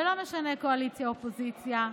ולא משנה קואליציה או אופוזיציה,